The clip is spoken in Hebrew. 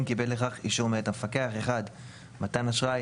- אם קיבל לכך אישור מאת המפקח: מתן אשראי,